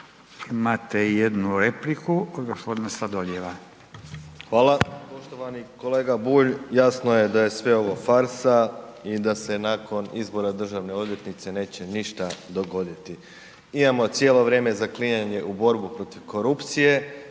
Imate jednu repliku g. Sladoljeva. **Sladoljev, Marko (MOST)** Hvala. Poštovani kolega Bulj, jasno je da je sve ovo farsa i da se nakon izbora državne odvjetnice neće ništa dogoditi. Imamo cijelo vrijeme zaklinjanje u borbu protiv korupcije